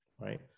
right